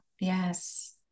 Yes